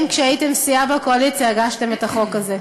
כשהייתם סיעה בקואליציה, האם הגשתם את החוק הזה?